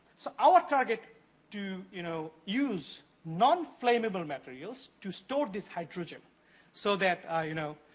so, our target to you know use non-flammable materials to store this hydrogen so that, you know,